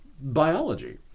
biology